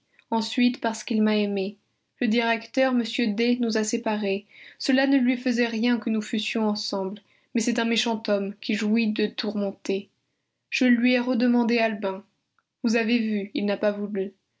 ensuite parce qu'il m'a aimé le directeur m d nous a séparés cela ne lui faisait rien que nous fussions ensemble mais c'est un méchant homme qui jouit de tourmenter je lui ai redemandé albin vous avez vu il n'a pas voulu